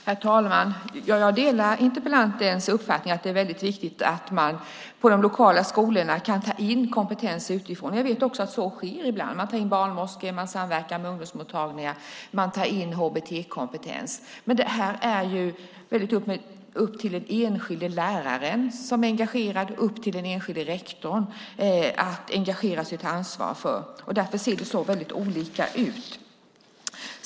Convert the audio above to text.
Herr talman! Jag delar interpellantens uppfattning; det är viktigt att man på de lokala skolorna kan ta in kompetens utifrån. Jag vet också att så sker ibland. Man tar in barnmorskor, man samverkar med ungdomsmottagningar och man tar in HBT-kompetens. Men det är mycket upp till den enskilda läraren och rektorn att engagera sig och ta ansvar för detta. Därför ser det så olika ut.